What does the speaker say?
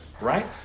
right